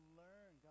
learn